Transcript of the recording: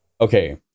Okay